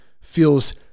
feels